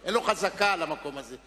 אין לו חזקה על המקום הזה.